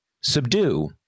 subdue